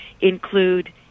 include